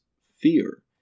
fear